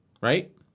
right